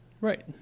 Right